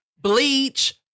bleach